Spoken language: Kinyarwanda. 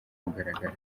mugaragaro